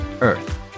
earth